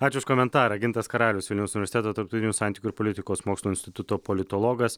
ačiū už komentarą gintas karalius vilniaus universiteto tarptautinių santykių ir politikos mokslų instituto politologas